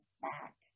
back